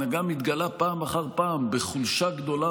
ההנהגה מתגלה פעם אחר פעם בחולשה גדולה